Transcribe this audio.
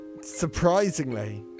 surprisingly